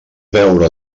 veure